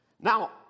Now